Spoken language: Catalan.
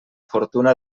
fortuna